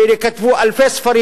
ייכתבו אלפי ספרים,